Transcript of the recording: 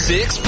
Six